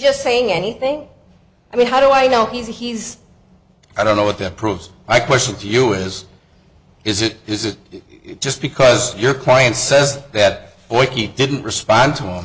just saying anything i mean how do i know he's he's i don't know what that proves my question to you is is it is it just because your client says that boy he didn't respond to me